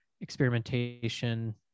experimentation